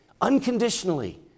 unconditionally